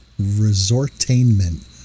resortainment